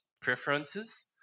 preferences